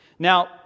Now